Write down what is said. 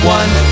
one